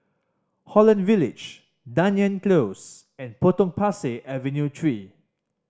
Holland Village Dunearn Close and Potong Pasir Avenue Three